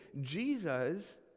Jesus